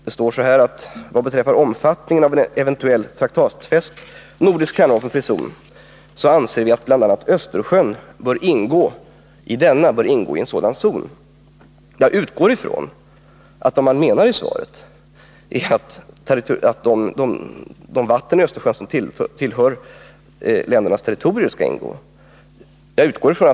Det står så här: ”Vad beträffar omfattningen av en eventuell, traktatfäst, nordisk kärnvapenfri zon anser vi att bl.a. Östersjön bör ingå i denna.” Jag utgår ifrån att man menar att de områden i Östersjön som tillhör de skilda länderna skall ingå i denna zon.